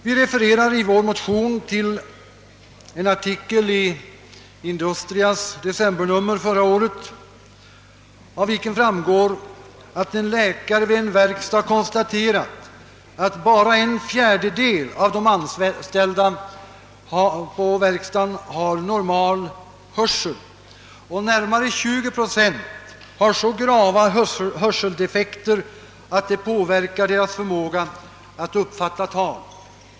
Vi refererar i vår motion till en artikel i Industrias decembernummer förra året, av vilken framgår att en läkare vid en verkstad konstaterat att bara en fjärdedel av de anställda på verkstaden har normal hörsel. Närmare 20 procent har så grava hörseldefekter, att deras förmåga att uppfatta tal påverkas.